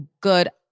good